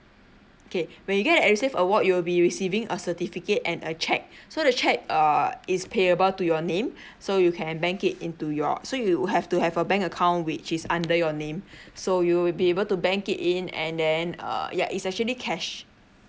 okay when you get an edusave award you will be receiving a certificate and a check so the check uh is payable to your name so you can bank it into your so you have to have a bank account which is under your name so you will be able to bank it in and then uh ya it's actually cash